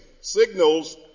signals